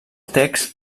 text